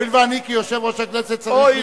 הואיל ואני כיושב-ראש הכנסת צריך,